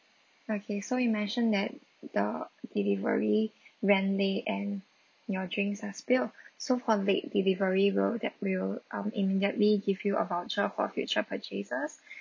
okay so you mentioned that the delivery ran late and your drinks are spilled so for late delivery we'll de~ we'll um immediately give you a voucher for future purchases